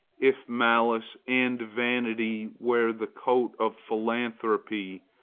if malice and vanity wear the coat of philanthropy,